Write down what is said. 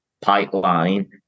pipeline